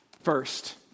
First